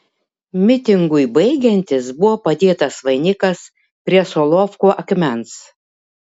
mitingui baigiantis buvo padėtas vainikas prie solovkų akmens